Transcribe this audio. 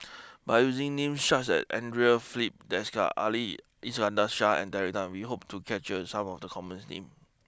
by using names such as Andre Filipe Desker Ali Iskandar Shah and Terry Tan we hope to capture some of the common names